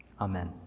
Amen